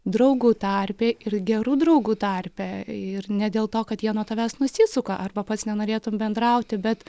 draugų tarpe ir gerų draugų tarpe ir ne dėl to kad jie nuo tavęs nusisuka arba pats nenorėtum bendrauti bet